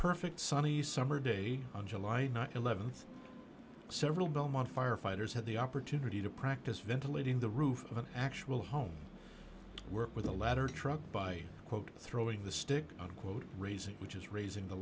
perfect sunny summer day on july th several belmont firefighters had the opportunity to practice ventilating the roof of an actual home work with a ladder truck by quote throwing the stick unquote raising which is raising the